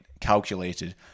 calculated